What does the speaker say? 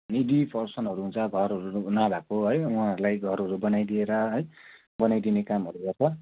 needy पर्सनहरू हुन्छ घरहरू न भएको है उहाँहरूलाई घरहरू बनाइदिएर है बनाइदिने कामहरू गर्छ